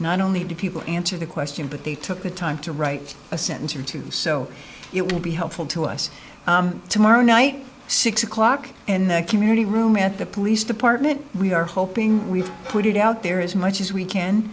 not only did people answer the question but they took the time to write a sentence or two so it will be helpful to us tomorrow night six o'clock and that community room at the police department we are hoping we put it out there as much as we can